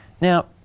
Now